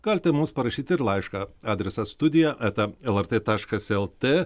galite mums parašyti ir laišką adresas studija eta lrt taškas lt